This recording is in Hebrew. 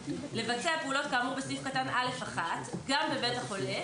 לבצע פעולות כאמור בסעיף קטן (א)(1) גם בבית החולה